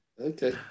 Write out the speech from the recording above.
Okay